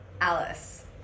Alice